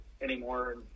anymore